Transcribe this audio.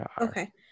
Okay